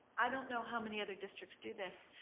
i don't know how many other districts do this,